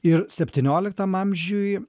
ir septynioliktam amžiuj